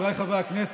חבריי חברי הכנסת,